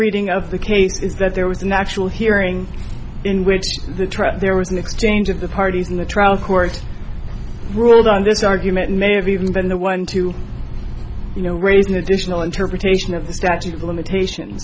reading of the case is that there was a natural hearing in which the trial there was an exchange of the parties in the trial court ruled on this argument may have even been the one to you know raise an additional interpretation of the statute of limitations